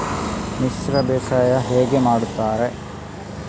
ಮಿಶ್ರ ಬೇಸಾಯ ಹೇಗೆ ಮಾಡುತ್ತಾರೆ?